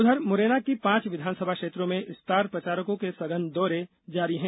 उधर मुरैना की पांच विधानसभा क्षेत्रों में स्टार प्रचारकों के सघन दौरे जारी है